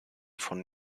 von